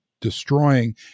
destroying